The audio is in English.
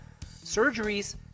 Surgeries